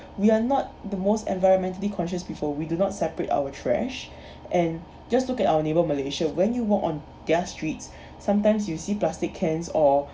we are not the most environmentally conscious before we do not separate our trash and just look at our neighbour malaysia when you walk on their streets sometimes you see plastic cans or